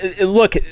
Look